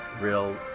real